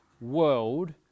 world